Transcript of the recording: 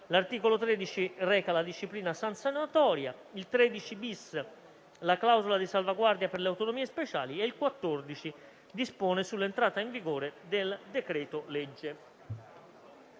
L'articolo 13 reca la disciplina sanzionatoria. L'articolo 13-*bis* reca la clausola di salvaguardia per le autonomie speciali. L'articolo 14 dispone sull'entrata in vigore del decreto-legge.